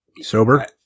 Sober